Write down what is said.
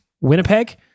Winnipeg